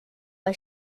bei